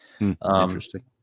Interesting